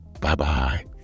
Bye-bye